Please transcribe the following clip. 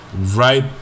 Right